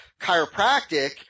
chiropractic